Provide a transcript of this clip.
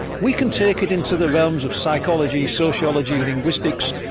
we can take it into the realms of psychology, sociology, linguistics,